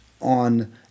on